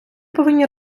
повинні